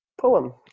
poem